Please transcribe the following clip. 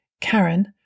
Karen